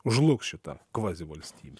žlugs šita kvazivalstybė